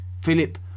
Philip